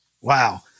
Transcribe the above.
Wow